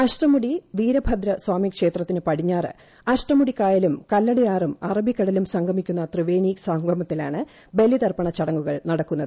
അഷ്ടമുടി വീരഭദ്ര സ്വാമി ക്ഷേത്രത്തിന് പടിഞ്ഞാറ് അഷ്ടമുടിക്കായലും കല്പടയാറും അറബിക്കടലും സംഗമിക്കുന്ന ത്രിവേണി സംഗമത്തിലാണ് ബലിതർപ്പണ ചടങ്ങുകൾ നടക്കുന്നത്